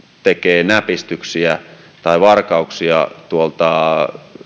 tekevät näpistyksiä tai varkauksia tuolta